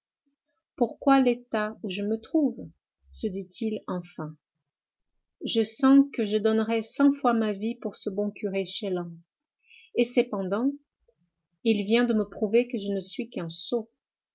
pourquoi l'état où je me trouve se dit-il enfin je sens que je donnerais cent fois ma vie pour ce bon curé chélan et cependant il vient de me prouver que je ne suis qu'un sot